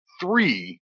three